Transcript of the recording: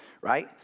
Right